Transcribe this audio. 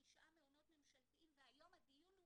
תשעה מעונות ממשלתיים והיום הדיון הוא